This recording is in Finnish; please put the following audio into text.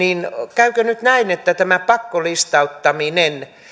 käykö nyt näin että tämä pakkolistauttaminen